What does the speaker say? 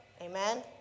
Amen